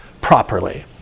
properly